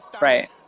right